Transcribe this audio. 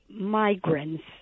migrants